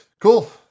Cool